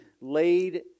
laid